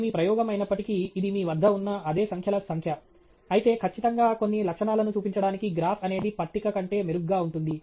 ఇది మీ ప్రయోగం అయినప్పటికీ ఇది మీ వద్ద ఉన్న అదే సంఖ్యల సంఖ్య అయితే ఖచ్చితంగా కొన్ని లక్షణాలను చూపించడానికి గ్రాఫ్ అనేది పట్టిక కంటే మెరుగ్గా ఉంటుంది